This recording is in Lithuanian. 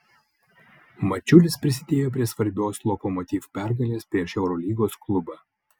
mačiulis prisidėjo prie svarbios lokomotiv pergalės prieš eurolygos klubą